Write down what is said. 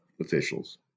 officials